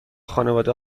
خانواده